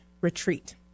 retreat